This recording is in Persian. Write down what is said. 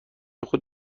خود